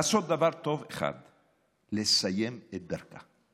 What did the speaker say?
לעשות דבר טוב אחד, לסיים את דרכה.